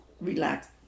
relax